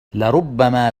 لربما